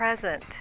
present